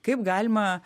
kaip galima